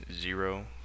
zero